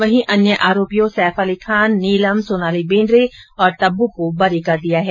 वहीं अन्य आरोपियों सैफ अली खान नीलम सोनाली बेंद्रे और तब्बू को बरी कर दिया है